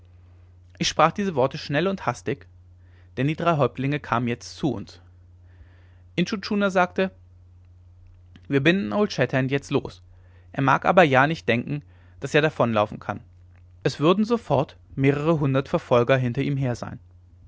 ich sprach diese worte schnell und hastig denn die drei häuptlinge kamen jetzt zu uns intschu tschuna sagte wir binden old shatterhand jetzt los er mag aber ja nicht denken daß er davonlaufen kann es würden sofort mehrere hundert verfolger hinter ihm her sein